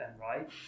right